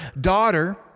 daughter